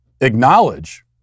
acknowledge